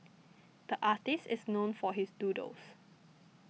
the artist is known for his doodles